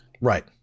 Right